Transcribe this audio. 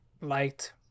liked